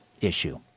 issue